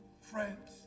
friends